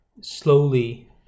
Slowly